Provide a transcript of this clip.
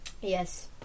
yes